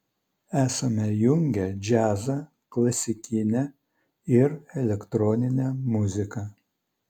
esame jungę džiazą klasikinę ir elektroninę muziką